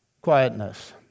quietness